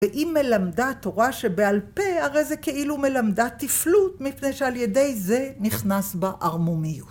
‫ואם מלמדה תורה שבעל פה, ‫הרי זה כאילו מלמדה תפלות, ‫מפני שעל ידי זה נכנס בה ערמומיות.